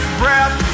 breath